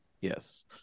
yes